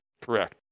Correct